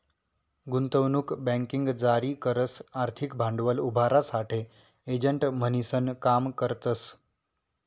गुंतवणूक बँकिंग जारी करस आर्थिक भांडवल उभारासाठे एजंट म्हणीसन काम करतस